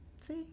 see